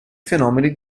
fenomeni